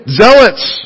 zealots